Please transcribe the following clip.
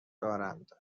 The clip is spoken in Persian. دارند